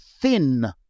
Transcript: thin